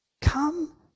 Come